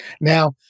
Now